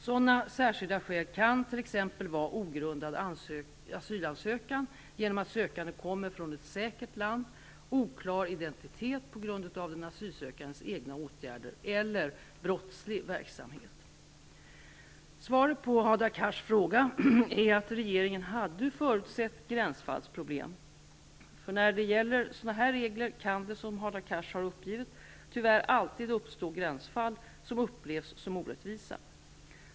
Sådana särskilda skäl kan t.ex. vara ogrundad asylansökan genom att sökande kommer från ett säkert land, oklar identitet på grund av den asylsökandes egna åtgärder eller brottslig verksamhet. Svaret på Hadar Cars fråga är att regeringen hade förutsett gränsfallsproblem. För när det gäller sådana här regler, kan det som Hadar Cars har uppgivit, tyvärr alltid uppstå gränsfall, som upplevs som orättvisa.